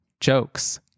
jokes